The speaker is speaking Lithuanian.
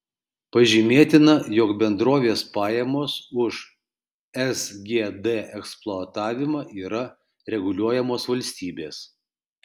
pažymėtina jog bendrovės pajamos už sgd eksploatavimą yra reguliuojamos valstybės